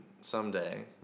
someday